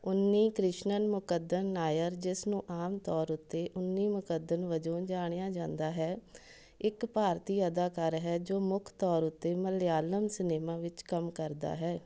ਉਨੀ ਕ੍ਰਿਸ਼ਨਨ ਮੁਕੱਦਨ ਨਾਇਰ ਜਿਸ ਨੂੰ ਆਮ ਤੌਰ ਉੱਤੇ ਉੱਨੀ ਮੁਕੱਦਨ ਵਜੋਂ ਜਾਣਿਆ ਜਾਂਦਾ ਹੈ ਇੱਕ ਭਾਰਤੀ ਅਦਾਕਾਰ ਹੈ ਜੋ ਮੁੱਖ ਤੌਰ ਉੱਤੇ ਮਲਿਆਲਮ ਸਿਨੇਮਾ ਵਿੱਚ ਕੰਮ ਕਰਦਾ ਹੈ